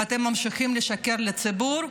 ואתם ממשיכים לשקר לציבור,